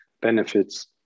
benefits